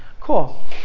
Cool